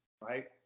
right